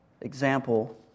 example